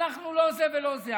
אנחנו לא זה ולא זה.